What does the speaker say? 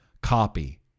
copy